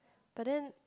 but then